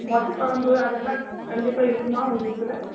மொச்சக்குழம்பு அதெல்லாம் கண்டிப்பாக இருக்குமா உங்கள்துல